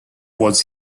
was